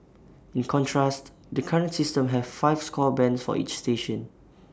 in contrast the current system has five score bands for each station